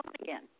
again